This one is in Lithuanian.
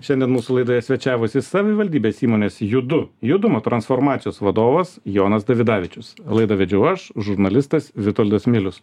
šiandien mūsų laidoje svečiavosi savivaldybės įmonės judu judumo transformacijos vadovas jonas davidavičius laidą vedžiau aš žurnalistas vitoldas milius